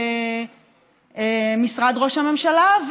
במשרד ראש הממשלה,